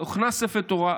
הוכנס ספר תורה,